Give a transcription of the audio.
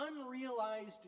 unrealized